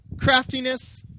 craftiness